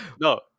No